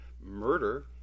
Murder